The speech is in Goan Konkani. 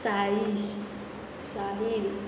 साईश साहील